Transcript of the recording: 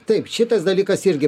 taip šitas dalykas irgi